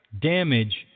damage